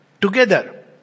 Together